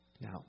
Now